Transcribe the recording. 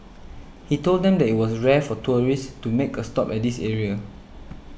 he told them that it was rare for tourists to make a stop at this area